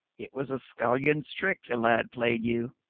it was a scullion's trick the lad played you.